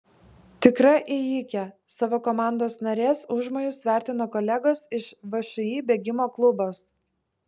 tikra ėjikė savo komandos narės užmojus vertina kolegos iš všį bėgimo klubas